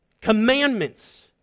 commandments